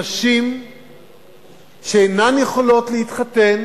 נשים שאינן יכולות להתחתן,